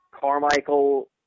Carmichael